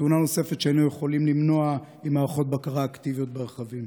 תאונה נוספת שהיינו יכולים למנוע אם היו מערכות בקרה אקטיביות ברכבים.